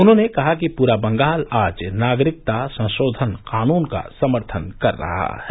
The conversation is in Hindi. उन्होंने कहा कि प्रा बंगाल आज नागरिकता संशोधन कानून का समर्थन कर रहा है